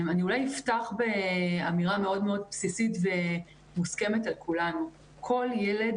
אפתח באמירה מאוד בסיסית ומוסכמת על כולנו: כל ילד,